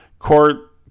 Court